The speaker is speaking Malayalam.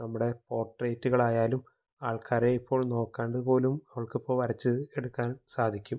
നമ്മളുടെ പോർട്രേറ്റുകളായാലും ആൾക്കാരെ ഇപ്പോൾ നോക്കാണ്ട് പോലും അവൾക്കിപ്പോള് വരച്ചെടുക്കാൻ സാധിക്കും